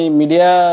media